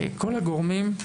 כל הגורמים.